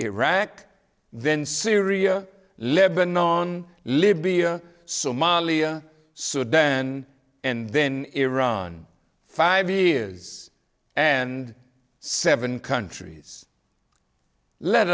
iraq then syria lebannon libya somalia sudan and then iran five years and seven countries let